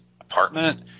apartment